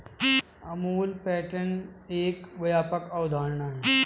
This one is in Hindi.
अमूल पैटर्न एक व्यापक अवधारणा है